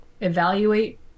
evaluate